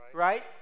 right